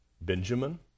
Benjamin